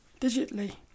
digitally